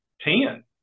Ten